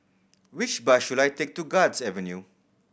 which bus should I take to Guards Avenue